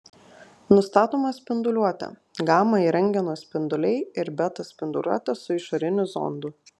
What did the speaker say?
nustatoma spinduliuotė gama ir rentgeno spinduliai ir beta spinduliuotė su išoriniu zondu